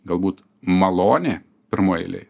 galbūt malonė pirmoj eilėj